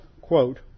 quote